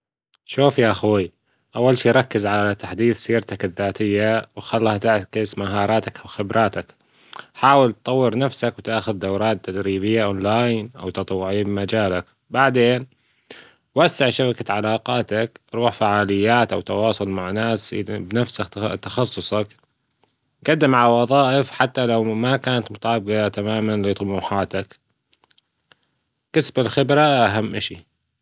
شوف يا أخوي أول شي ركز على تحديد سيرتك الذاتية وخبراتك حاول تتطور نفسك وتاخد دورات تدريبية أون لاين أو تتطوعية في مجالك بعدين وسع شبكة علاقاتك روح فعاليات أو تواصل مع ناس بنفس تخصص جدم على وظائف حتى لو ما كانت مطابجة تماما لطومحاتك كسب الخبرة أهم أشي